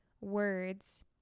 words